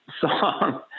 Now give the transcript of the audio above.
song